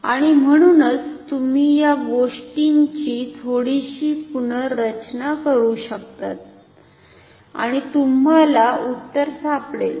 आणि म्हणूनच तुम्ही या गोष्टिंची थोडीशी पुनर्रचना करू शकता आणि तुम्हाला उत्तर सापडेल